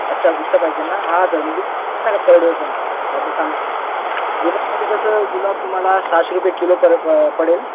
अच्छा गुच्छ पाहिजे ना हां सर मग गुच्छ तुम्हाला नाही का पडेल बरं सांगतो गुलाब म्हणजे कसं गुलाब तुम्हाला सहाशे रुपये किलो पडेल पडेल